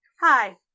Hi